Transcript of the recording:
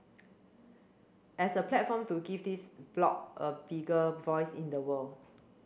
as a platform to give this bloc a bigger voice in the world